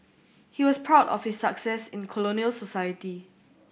he was proud of his success in colonial society